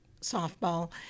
softball